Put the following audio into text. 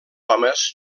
homes